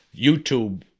YouTube